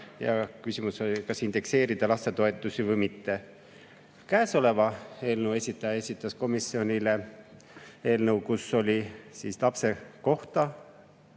küsimus oli ka, kas indekseerida lastetoetusi või mitte. Käesoleva eelnõu esitaja esitas komisjonile eelnõu, kus oli siis lapse kohta